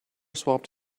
swapped